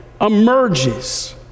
emerges